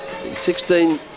16